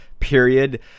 Period